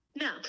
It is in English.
No